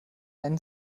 einen